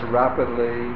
rapidly